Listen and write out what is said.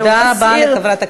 תודה רבה לחברת הכנסת סתיו שפיר.